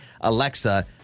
Alexa